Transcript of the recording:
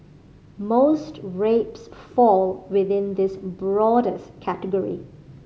most rapes fall within this broadest category